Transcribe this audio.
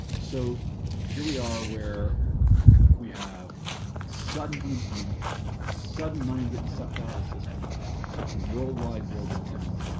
so here we are where we have sudden unemployment sudden money getting sucked out of the system worldwide global event